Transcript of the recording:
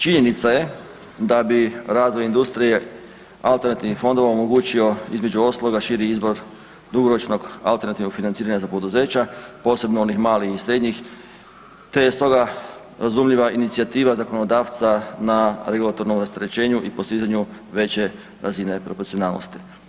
Činjenica je da bi razvoj industrije alternativnih fondova omogućio između ostaloga širi izbor dugoročnog alternativnog financiranja za poduzeća, posebno onih malih i srednjih te je stoga i razumljiva inicijativa zakonodavca na regulatornom rasterećenju i postizanju veće razine proporcionalnosti.